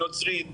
נוצרי,